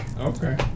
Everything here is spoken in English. okay